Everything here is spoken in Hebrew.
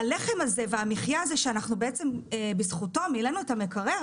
הלחם הזה והמחייה הזאת שאנחנו בזכותו מילאנו את המקרר,